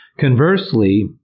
Conversely